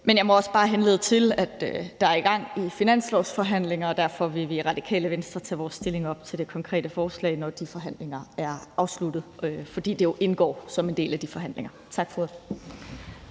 men jeg må også bare henvise til, at der er gang i finanslovsforhandlinger, og derfor vil vi i Radikale Venstre tage stilling til det konkrete forslag, når de forhandlinger er afsluttet, fordi det jo indgår som en del af de forhandlinger. Tak for ordet.